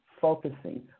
focusing